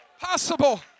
possible